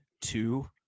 two